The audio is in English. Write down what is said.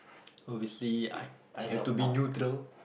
obviously I I have to be neutral